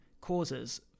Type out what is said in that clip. causes